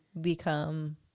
become